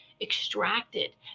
extracted